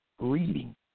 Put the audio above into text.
Reading